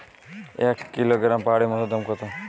এক কিলোগ্রাম পাহাড়ী মধুর দাম কত?